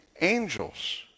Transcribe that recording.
angels